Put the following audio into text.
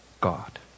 God